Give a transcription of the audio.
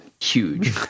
huge